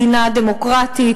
מדינה דמוקרטית,